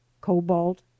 cobalt